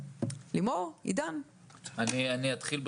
אתחיל,